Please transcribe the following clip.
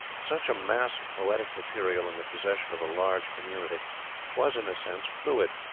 such a mass of poetic material in the possession of a large community was, in a sense, fluid,